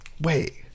Wait